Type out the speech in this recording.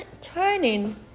turning